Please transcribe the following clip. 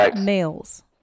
males